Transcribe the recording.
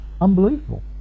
unbelievable